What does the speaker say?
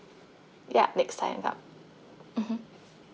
yup next time yup mmhmm